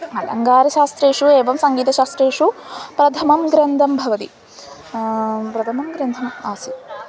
अलङ्कारशास्त्रेषु एवं सङ्गीतशास्त्रेषु प्रथमः ग्रन्थः भवति प्रथमः ग्रन्थः आसीत्